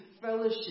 fellowship